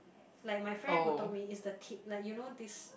like my friend who told me it's the tip like you know this